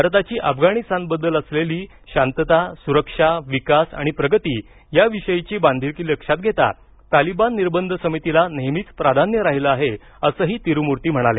भारताची अफगाणिस्तानबद्दल असलेली शांतता सुरक्षा विकास आणि प्रगती याविषयीची बांधिलकी लक्षात घेता तालिबान निर्बंध समितीला नेहमीच प्राधान्य राहिलं आहे असंही तिरुमूर्ती म्हणाले